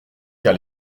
car